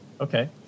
okay